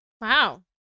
Wow